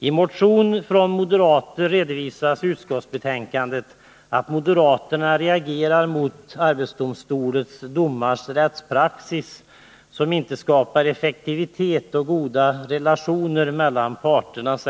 I utskottsbetänkandet redovisas att moderaterna i motioner reagerar mot rättspraxis i arbetsdomstolens domar, som man säger inte skapar effektivitet och goda relationer mellan parterna.